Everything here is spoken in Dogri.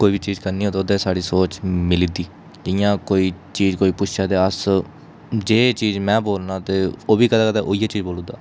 कोई बी चीज़ करनी होऐ ते ओह्दे च साढ़ी सोच मिली दी इ'यां कोई चीज़ कोई पुच्छे ते अस जे चीज़ में बोलना ते ओह् बी कदें कदें ओही ऐ चीज़ बोलू दा